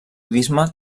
budisme